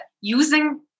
using